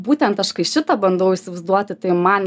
būtent aš kai šitą bandau įsivaizduoti tai man